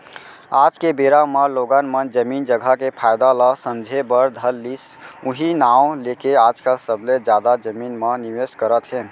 आज के बेरा म लोगन मन जमीन जघा के फायदा ल समझे बर धर लिस उहीं नांव लेके आजकल सबले जादा जमीन म निवेस करत हे